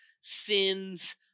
sin's